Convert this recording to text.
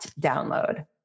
download